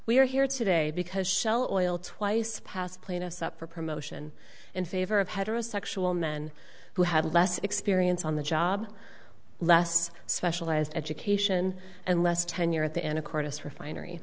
we are here today because shell oil twice passed plaintiff's up for promotion in favor of heterosexual men who had less experience on the job less specialized education and less tenure at the end of courtis refinery